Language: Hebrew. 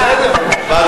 חוקה.